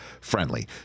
friendly